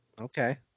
Okay